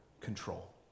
control